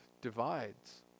divides